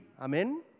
Amen